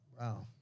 wow